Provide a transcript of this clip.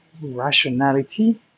rationality